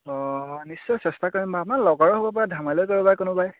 অঁ নিশ্চয় চেষ্টা কৰিম বাৰু আপোনাৰ লগাৰো হ'ব পাৰে ধেমালিও কৰিব পাৰে কোনোবাই